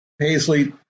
paisley